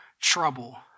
trouble